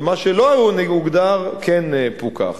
ומה שלא הוגדר כן פוקח.